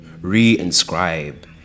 re-inscribe